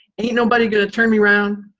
ain't nobody gonna turn me around,